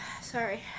Sorry